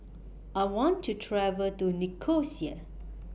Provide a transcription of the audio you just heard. I want to travel to Nicosia